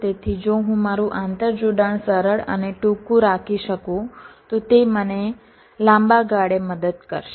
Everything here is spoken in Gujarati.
તેથી જો હું મારું આંતરજોડાણ સરળ અને ટૂંકું રાખી શકું તો તે મને લાંબા ગાળે મદદ કરશે